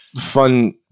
fun